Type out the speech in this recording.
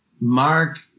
Mark